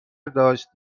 داشت